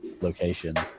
locations